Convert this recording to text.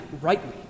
rightly